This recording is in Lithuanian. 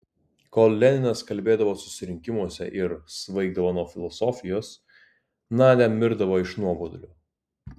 kol leninas kalbėdavo susirinkimuose ir svaigdavo nuo filosofijos nadia mirdavo iš nuobodulio